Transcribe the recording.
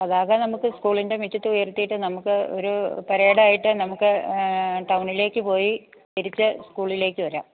പതാക നമുക്ക് സ്കൂളിൻ്റെ മുറ്റത്ത് ഉയർത്തിട്ട് നമുക്ക് ഒരു പരേഡായിട്ട് നമുക്ക് ടൗണിലേക്ക് പോയി തിരിച്ച് സ്കൂളിലേക്ക് വരാം